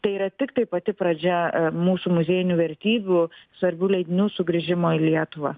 tai yra tiktai pati pradžia mūsų muziejinių vertybių svarbių leidinių sugrįžimo į lietuvą